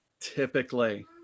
Typically